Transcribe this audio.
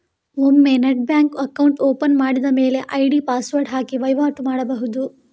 ಒಮ್ಮೆ net bank account open ಮಾಡಿದ ಮೇಲೆ ಐಡಿ ಪಾಸ್ವರ್ಡ್ ಹಾಕಿ ವೈವಾಟು ಮಾಡ್ಬಹುದು